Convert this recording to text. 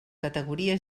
categoria